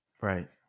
Right